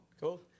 Cool